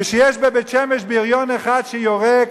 כשיש בבית-שמש בריון אחד שיורק,